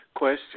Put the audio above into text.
question